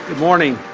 morning,